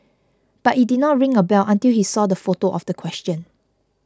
but it did not ring a bell until he saw the photo of the question